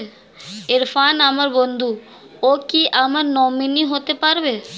ইরফান আমার বন্ধু ও কি আমার নমিনি হতে পারবে?